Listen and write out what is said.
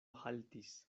haltis